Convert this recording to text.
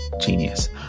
Genius